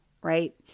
Right